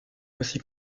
aussi